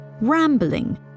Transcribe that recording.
rambling